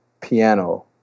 piano